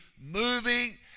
moving